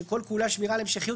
שכל כולה שמירה על המשכיות,